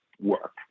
work